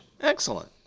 Excellent